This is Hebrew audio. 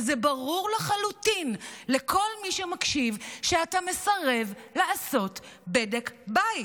וזה ברור לחלוטין לכל מי שמקשיב שאתה מסרב לעשות בדק בית?